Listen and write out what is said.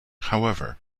however